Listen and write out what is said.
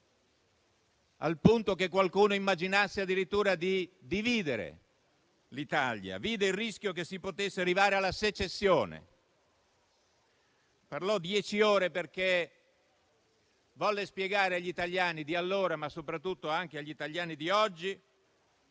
al punto che qualcuno immaginasse addirittura di dividere l'Italia, vide il rischio che si potesse arrivare alla secessione. Parlò dieci ore perché volle spiegare agli italiani di allora, ma soprattutto agli italiani di oggi,